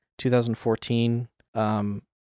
2014